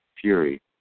fury